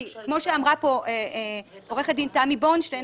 כי כמו שאמרה פה עורכת הדין תמר בורנשטיין